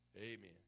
Amen